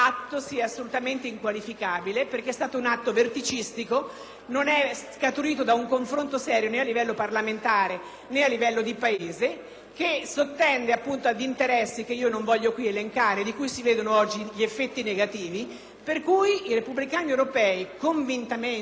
non è scaturito da un confronto serio né a livello parlamentare né del Paese, e sottende ad interessi, che non voglio qui elencare, di cui si vedono gli effetti negativi. I repubblicani europei, pertanto, anche perché portatori di una pedagogia civile